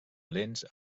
lents